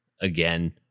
again